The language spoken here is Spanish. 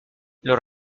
los